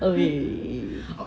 okay